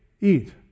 eat